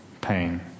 pain